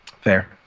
Fair